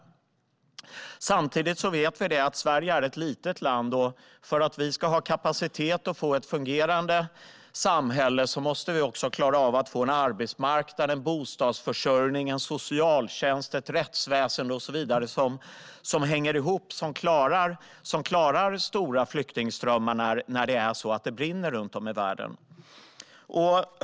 Samtidigt är Sverige ett litet land, och för att vi ska ha kapacitet att få ett fungerande samhälle måste vi också ha en arbetsmarknad, en bostadsförsörjning, en socialtjänst, ett rättsväsen och så vidare som hänger med och klarar stora flyktingströmmar när det brinner runt om i världen.